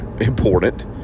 important